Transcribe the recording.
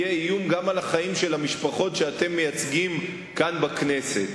יהיה איום גם על החיים של המשפחות שאתם מייצגים כאן בכנסת.